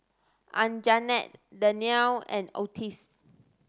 Anjanette Dannielle and Otis